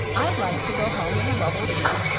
i'd like to go home in a bubble, too.